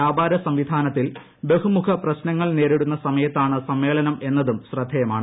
വ്യാപാര സംവിധാനത്തിൽ ബഹുമുഖ പ്രശ്നങ്ങൾ നേരിടുന്ന സമയത്താണ് സമ്മേളനം എന്നതും ശ്രദ്ധേയമാണ്